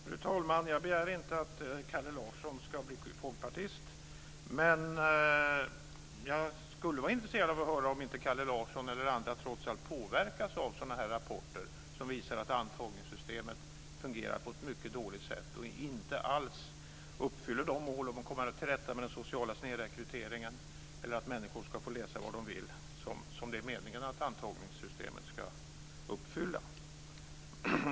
Fru talman! Jag begär inte att Kalle Larsson ska bli folkpartist. Men jag skulle vara intresserad av att höra om inte Kalle Larsson eller andra trots allt påverkas av rapporter som visar att antagningssystemet fungerar på ett mycket dåligt sätt. Antagningssystemet uppfyller inte alls de mål om att komma till rätta med den sociala snedrekryteringen och att människor ska få läsa vad de vill, som det är meningen att antagningssystemet ska uppfylla.